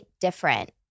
different